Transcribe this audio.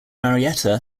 marietta